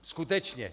Skutečně.